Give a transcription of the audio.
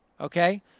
Okay